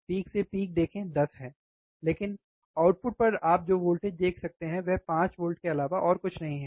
peak से peak देखें 10 है लेकिन आउटपुट पर आप जो वोल्टेज देख सकते हैं वह 5 वोल्ट के अलावा और कुछ नहीं है